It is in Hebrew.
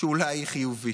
שאולי היא חיובית.